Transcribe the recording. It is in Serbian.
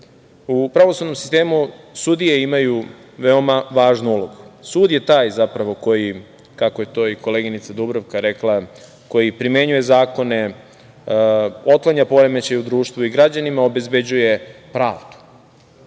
pravosudnom sistemu Srbije sudije imaju veoma važnu ulogu. Sud je taj koji, kako je to koleginica Dubravka rekla, primenjuje zakone, otklanja poremećaje u društvu i građanima obezbeđuje pravdu.